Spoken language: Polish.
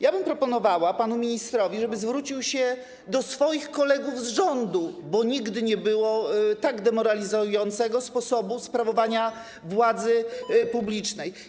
Ja bym proponowała panu ministrowi, żeby zwrócił się do swoich kolegów z rządu, bo nigdy nie było tak demoralizującego sposobu sprawowania władzy publicznej.